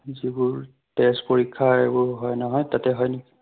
যিবোৰ তেজ পৰীক্ষাৰ এইবোৰ হয় নহয় তাতে হয় নেকি